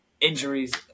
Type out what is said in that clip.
Injuries